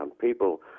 People